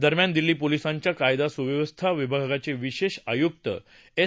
दरम्यान दिल्ली पोलसांच्या कायदा सुव्यवस्था विभागाचे विशेष आयुक्त एस